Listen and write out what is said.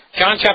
John